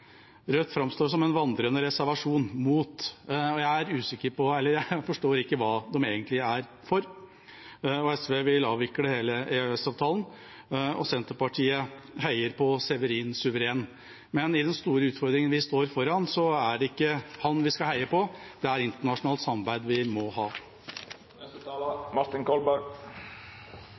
Rødt framstår som en vandrende reservasjon mot, og jeg forstår ikke hva de er egentlig er for. SV vil avvikle hele EØS-avtalen, og Senterpartiet heier på Severin Suveren. Men i den store utfordringen vi står foran, er det ikke han vi skal heie på, det er internasjonalt samarbeid vi må ha.